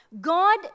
God